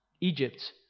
Egypt